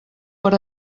per